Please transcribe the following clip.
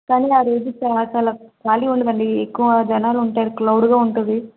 కాని ఆ రోజు చాలా చాలా ఖాళీ ఉండదండి ఎక్కువ జనాలు ఉంటారు క్లౌడ్గా ఉంటుంది